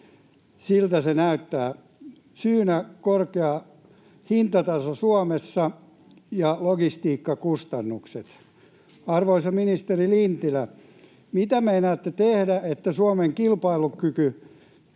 siltä se näyttää. Syynä on korkea hintataso Suomessa ja logistiikkakustannukset. Arvoisa ministeri Lintilä, mitä meinaatte tehdä, että Suomen kilpailukyky